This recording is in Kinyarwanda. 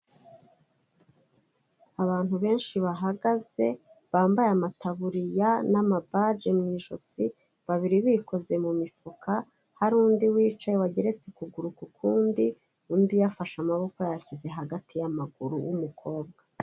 Abantu benshi bahagaze, bambaye amataburiya n'amabaji mu ijosi, babiri bikoze mu mifuka, hari undi wicaye wagereretse ukuguru ku kundi, undi yafashe amaboko yayashyize hagati y'amaguru w'umukobwa.